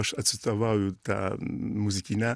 aš atstovauju tą muzikinę